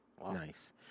nice